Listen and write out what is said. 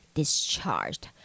discharged